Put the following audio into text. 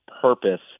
purpose